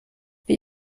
wie